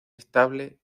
estable